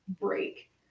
break